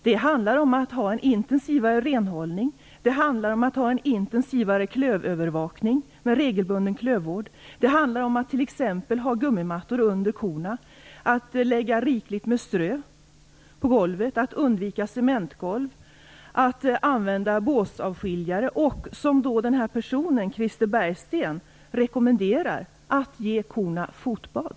Det handlar om att ha en intensivare renhållning, om att ha en intensivare klövövervakning med regelbunden klövvård, om att ha gummimattor under korna, om att lägga rikligt med strö på golvet, om att undvika cementgolv, om att använda båsavskiljare och om - som Krister Bergsten rekommenderar - att ge korna fotbad.